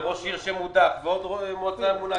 ראש עיר שמודח ושוב מועצה ממונה.